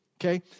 okay